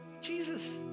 Jesus